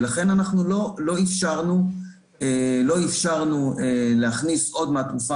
ולכן אנחנו לא אפשרנו להכניס עוד מהתרופה